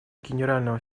генерального